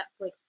netflix